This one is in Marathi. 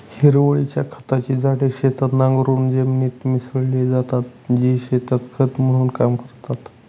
हिरवळीच्या खताची झाडे शेतात नांगरून जमिनीत मिसळली जातात, जी शेतात खत म्हणून काम करतात